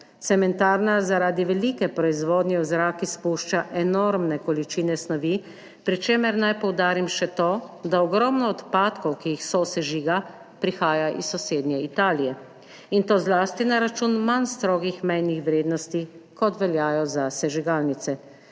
Cementarna zaradi velike proizvodnje v zrak izpušča enormne količine snovi, pri čemer naj poudarim še to, da ogromno odpadkov, ki jih sosežiga, prihaja iz sosednje Italije, in to zlasti na račun manj strogih mejnih vrednosti, kot veljajo za sežigalnice.